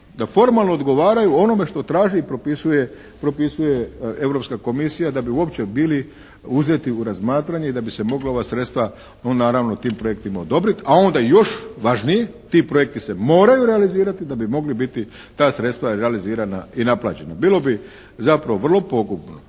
da formalno odgovaraju onome što traži i propisuje europska komisija da bi uopće bili uzeti u razmatranje i da bi se mogla ova sredstva naravno tim projektima odobriti, a onda još važnije ti projekti se moraju realizirati da bi mogli biti ta sredstva realizirana i naplaćena. Bilo bi zapravo vrlo pogubno